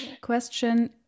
question